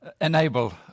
enable